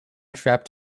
strapped